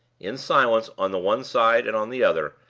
in silence on the one side and on the other,